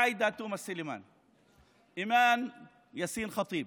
עאידה תומא סלימאן, אימאן יאסין ח'טיב